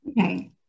Okay